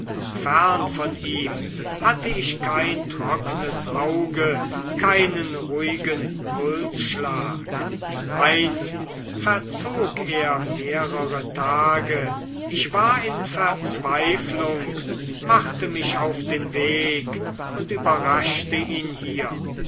fern von ihm hatte ich kein trocknes auge keinen ruhigen pulsschlag einst verzog er mehrere tage ich war in verzweiflung machte mich auf den weg und überraschte ihn hier